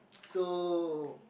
so